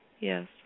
Yes